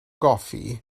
goffi